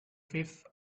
fifth